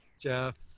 Jeff